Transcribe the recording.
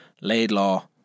Laidlaw